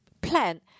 plan